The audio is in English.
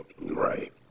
Right